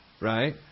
Right